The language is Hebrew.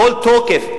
בכל תוקף,